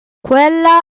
quella